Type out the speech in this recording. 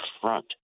front